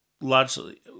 largely